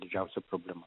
didžiausia problema